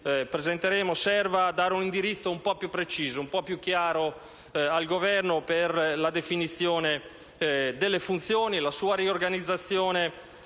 che credo servirà a dare un indirizzo un po' più preciso, un po' più chiaro al Governo per la definizione delle funzioni, la sua riorganizzazione